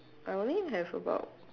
I only have about